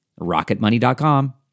Rocketmoney.com